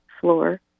floor